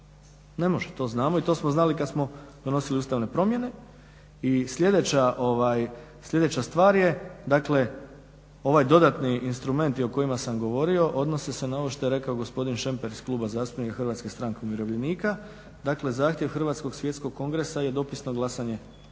Ne može, to znamo i to smo znali kad smo donosili ustavne promjene. I sljedeća stvar je, dakle ovaj dodatni instrumenti o kojima sam govorio odnose se na ovo što je rekao gospodin Šemper iz kluba zastupnika HSU-a. Dakle, zahtjev Hrvatskog svjetskog kongresa je dopisno glasanje